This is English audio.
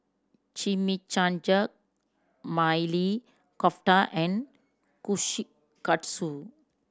Chimichangas Maili Kofta and Kushikatsu